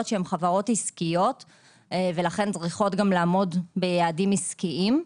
שהן עסקיות ולכן צריכות לעמוד ביעדים עסקיים.